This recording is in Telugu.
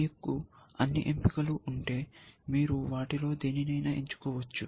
మీకు అన్ని ఎంపికలు ఉంటే మీరు వాటిలో దేనినైనా ఎంచుకోవచ్చు